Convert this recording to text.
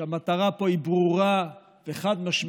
והמטרה פה היא ברורה וחד-משמעית: